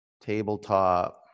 Tabletop